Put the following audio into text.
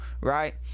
Right